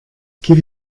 give